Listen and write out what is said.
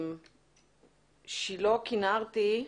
שילה כנרתי,